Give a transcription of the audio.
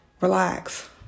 Relax